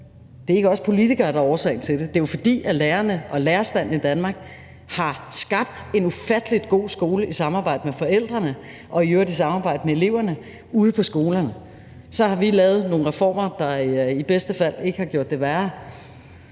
Det er ikke os politikere, der er årsag til det. Det er jo, fordi lærerne og lærerstanden i Danmark har skabt en ufattelig god skole i samarbejde med forældrene og i øvrigt i samarbejde med eleverne ude på skolerne. Så har vi lavet nogle reformer, der i bedste fald ikke har gjort det værre,